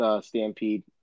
Stampede